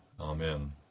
Amen